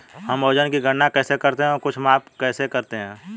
हम वजन की गणना कैसे करते हैं और कुछ माप कैसे करते हैं?